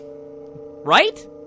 Right